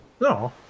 No